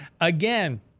again